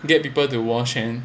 to get people to wash hand